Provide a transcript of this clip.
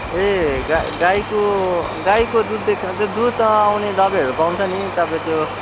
ए गा गाईको गाईको दुध दिएकोछ भने त्यो दुध आउने दबाईहरू पाउँछ नि तपाईँ त्यो